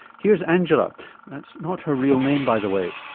here's angela that's not her real name by the way.